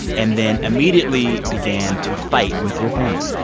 and then immediately began to fight with your family?